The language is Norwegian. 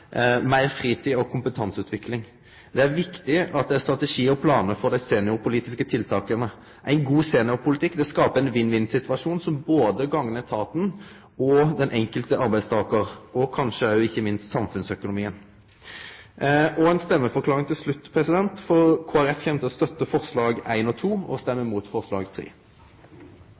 meir fritid og kompetanseutvikling. Det er viktig at det er strategiar og planar for dei seniorpolitiske tiltaka. Ein god seniorpolitikk skapar ein vinn–vinn-situasjon, som gagnar både etaten og den einskilde arbeidstakaren og kanskje – og ikkje minst – samfunnsøkonomien. Ei stemmeforklaring til slutt: Kristeleg Folkeparti kjem til å støtte forslag 1 og 2 og stemme mot forslag